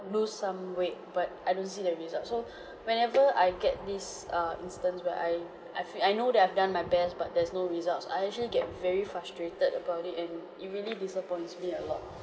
lose some weight but I don't see the result so whenever I get this err instance where I actually I know that I've done my best but there's no results I actually get very frustrated about it and it really disappoints me a lot